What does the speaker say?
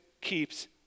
keeps